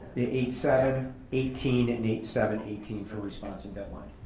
the eight seven eighteen and eight seven eighteen for response and deadline.